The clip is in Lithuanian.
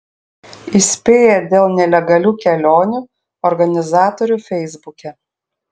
įspėja dėl nelegalių kelionių organizatorių feisbuke